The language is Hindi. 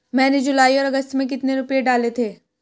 मैंने जुलाई और अगस्त में कितने रुपये डाले थे?